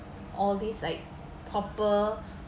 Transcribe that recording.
all these like proper